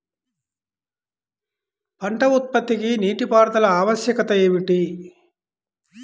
పంట ఉత్పత్తికి నీటిపారుదల ఆవశ్యకత ఏమిటీ?